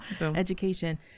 Education